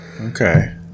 Okay